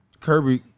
Kirby –